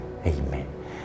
Amen